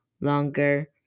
longer